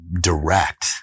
direct